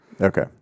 Okay